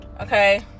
okay